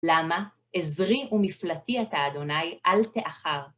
למה? עזרי ומפלטי אתה, אדוני, אל תאחר.